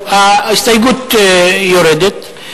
ההסתייגות יורדת.